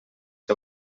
que